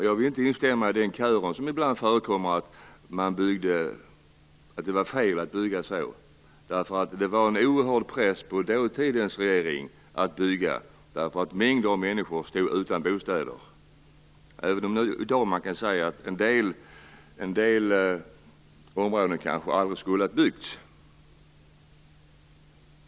Jag vill inte instämma i den kör som säger att det var fel att bygga som man gjorde. Det var en oerhörd press på dåtidens regering att bygga, eftersom mängder av människor stod utan bostäder. I dag kan man kanske säga att en del områden aldrig skulle ha byggts.